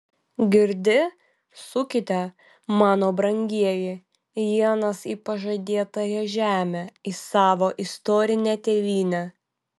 girdi sukite mano brangieji ienas į pažadėtąją žemę į savo istorinę tėvynę